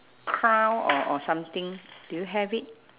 crown or or something do you have it